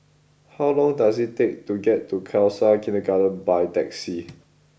how long does it take to get to Khalsa Kindergarten by taxi